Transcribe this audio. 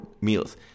meals